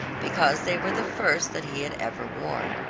because they were the first that he had ever worn.